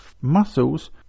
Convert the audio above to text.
muscles